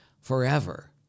forever